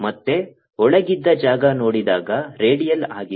ಮತ್ತೆ ಒಳಗಿದ್ದ ಜಾಗ ನೋಡಿದಾಗ ರೇಡಿಯಲ್ ಆಗಿತ್ತು